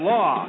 Law